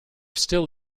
still